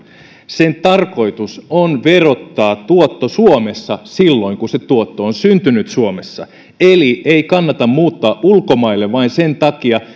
sen tarkoitus on verottaa tuotto suomessa silloin kun se tuotto on syntynyt suomessa eli ei kannata muuttaa ulkomaille vain sen takia